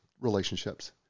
Relationships